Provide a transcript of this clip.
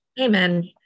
Amen